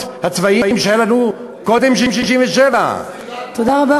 הצבאיים שהיו לנו קודם 67'. תודה רבה,